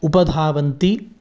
उपधावन्ति